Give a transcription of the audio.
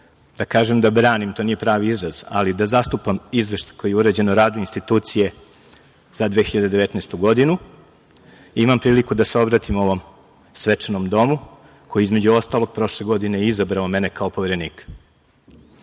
da kažem da branim to nije pravi izraz, ali da zastupam Izveštaj koji je urađen o radu institucije za 2019. godinu i imam priliku da se obratim ovom svečanom domu koji je, između ostalih, izabrao mene kao poverenika. Drugo,